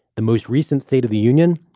the most recent state of the union.